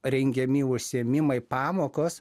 rengiami užsiėmimai pamokos